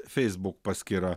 feisbuk paskyra